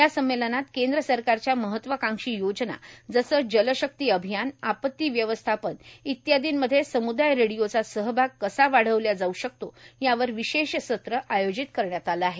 या संमेलनात केंद्र सरकारच्या महत्वाकांक्षी योजना जसं जलशक्ती अभियान आपत्ती व्यवस्थापन इत्यादींमध्ये सामुदाय रेडिओचा सहभाग कसा वाढवल्या जाऊ शकतो यावर विशेष सत्र आयोजिण्यात आले आहेत